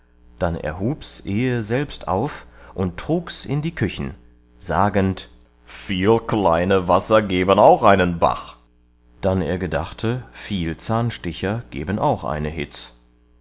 dann er hubs ehe selbst auf und trugs in die küchen sagend viel kleine wasser geben auch einen bach dann er gedachte viel zahnsticher geben auch eine hitz